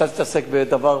אתה תתעסק בדבר,